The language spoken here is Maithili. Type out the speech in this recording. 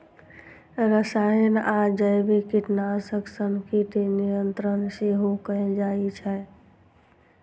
रसायन आ जैविक कीटनाशक सं कीट नियंत्रण सेहो कैल जाइ छै